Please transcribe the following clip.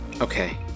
okay